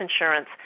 insurance